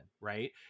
Right